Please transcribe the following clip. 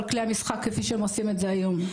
כלי המשחק כפי שהם עושים את זה היום?